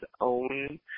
own